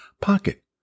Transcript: pocket